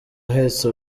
ahetse